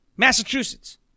Massachusetts